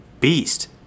beast